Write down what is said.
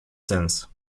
sens